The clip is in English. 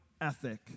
ethic